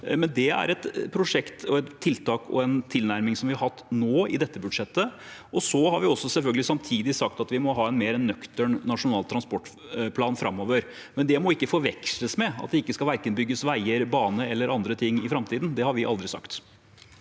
Det er et prosjekt, et tiltak og en tilnærming som vi har hatt nå i dette budsjettet, og vi har selvfølgelig samtidig sagt at vi må ha en mer nøktern Nasjonal transportplan framover. Det må ikke forveksles med at det ikke skal bygges verken veier, bane eller andre ting i framtiden. Det har vi aldri sagt.